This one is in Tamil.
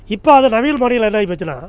இப்போ அது நவீன முறையில் என்னாகி போச்சுன்னா